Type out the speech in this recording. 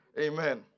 Amen